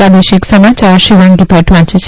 પ્રાદેશિક સમાચાર શિવાંગી ભદૃ વાંચે છે